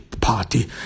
party